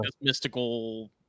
mystical